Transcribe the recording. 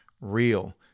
real